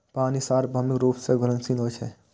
पानि सार्वभौमिक रूप सं घुलनशील होइ छै